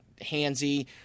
handsy